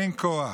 אין כוח.